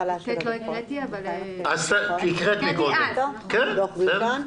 הצבעה אושרו תודה רבה.